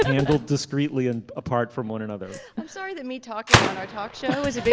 handled discreetly and apart from one another i'm sorry that me talking on our talk show is